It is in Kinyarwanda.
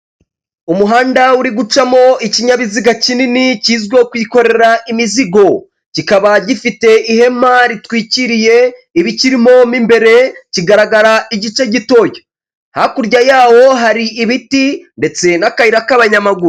Umuhanda uri gucamo ikinyabiziga kinini kizwiho kwikorera imizigo kikaba gifite ihema ritwikiriye ibikirimo byombi imbere, kigaragara igice gitoya hakurya yayo hari ibiti ndetse n'akayira k'abanyamaguru.